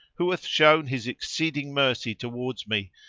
who hath shown his exceeding mercy towards me,